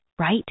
right